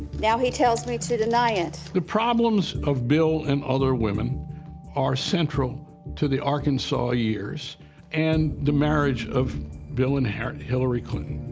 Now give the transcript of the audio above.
now he tells me to deny it. the problems of bill and other women are central to the arkansas years and the marriage of bill and hillary clinton.